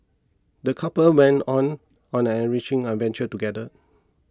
the couple went on on an enriching adventure together